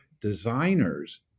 designers